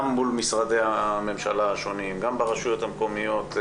גם מול משרדי הממשלה השונים וגם ברשויות המקומיות,